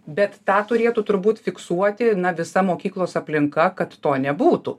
bet tą turėtų turbūt fiksuoti visa mokyklos aplinka kad to nebūtų